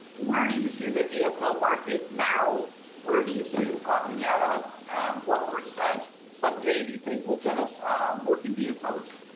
where do you see the dso market now where do you see it topping out on what percent someday do you think will dentists work in dso's?